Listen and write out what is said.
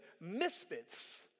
misfits